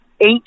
eight